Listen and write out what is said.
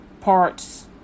parts